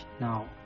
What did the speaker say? now